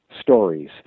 stories